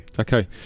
Okay